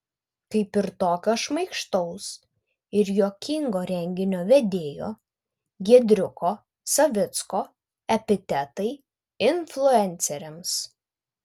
kaip ir tokio šmaikštaus ir juokingo renginio vedėjo giedriuko savicko epitetai influenceriams